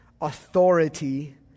authority